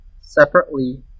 separately